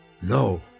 No